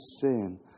sin